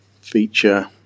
feature